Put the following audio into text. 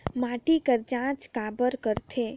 माटी कर जांच काबर करथे?